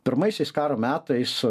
pirmaisiais karo metais